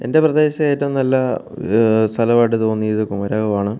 എൻ്റെ പ്രദേശത്തെ ഏറ്റവും നല്ല സ്ഥലമായിട്ട് തോന്നിയത് കുമരകമാണ്